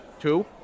Two